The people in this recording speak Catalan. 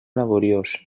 laboriós